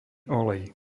olej